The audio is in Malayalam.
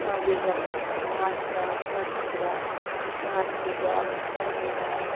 പവിഴം ആശ ഭദ്ര കാർത്തിക അരുണ